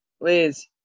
Please